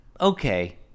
Okay